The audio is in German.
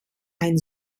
ein